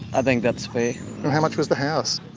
i think that's fair. and how much was the house?